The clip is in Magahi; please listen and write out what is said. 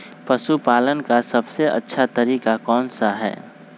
पशु पालन का सबसे अच्छा तरीका कौन सा हैँ?